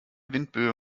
windböe